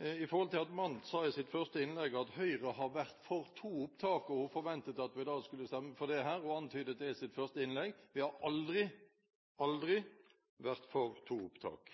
Høyre har vært for to opptak, og hun antydet at hun forventet at vi skulle stemme for det her. Jeg vil bare presisere at vi aldri har vært for to opptak.